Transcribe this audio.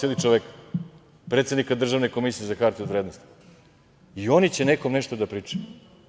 Hapsili čoveka, predsednika Državne komisije za hartije od vrednosti i oni će nekom nešto da pričaju.